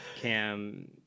Cam